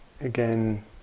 again